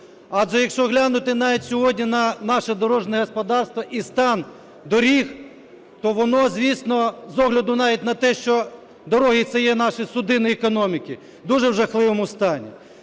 Адже, якщо глянути навіть сьогодні на наше дорожнє господарство і стан доріг, то воно, звісно, з огляду навіть на те, що дороги – це є наші судини економіки, дуже в жахливому стані.